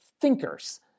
Thinkers